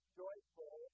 joyful